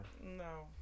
No